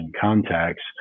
contacts